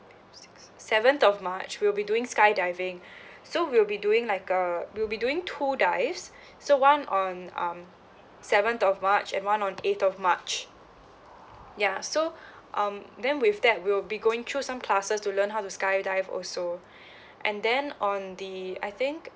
sixth seventh of march we'll be doing skydiving so we'll be doing like uh we'll be doing two dives so one on um seventh of march and one on the eighth of march ya so um then with that we'll be going through some classes to learn how to sky dive also and then on the I think